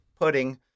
pudding